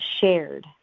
shared